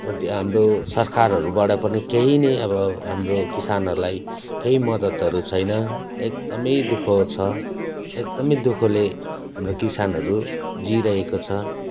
र त्यहाँ हाम्रो सरकारहरूबाट पनि केही नै अब हाम्रो किसानहरूलाई केही मद्दतहरू छैन एकदमै दुःख छ एकदमै दुःखले हाम्रो किसानहरू जिइरहेको छ